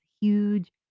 huge